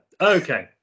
okay